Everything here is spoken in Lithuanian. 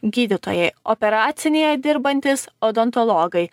gydytojai operacinėje dirbantys odontologai